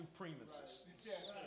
supremacists